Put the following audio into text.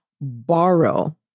borrow